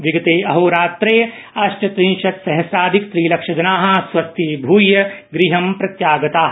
विगते अहोरात्रे अष्टत्रिंशत्सहस्राधिक त्रिलक्षजना स्वस्थीभूय गृहं प्रत्यागताः